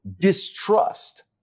distrust